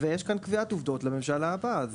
יש פה קביעת עובדות לממשלה הבאה.